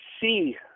see